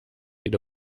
jede